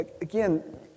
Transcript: again